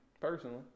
Personally